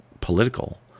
political